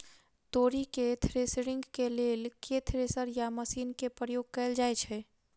तोरी केँ थ्रेसरिंग केँ लेल केँ थ्रेसर या मशीन केँ प्रयोग कैल जाएँ छैय?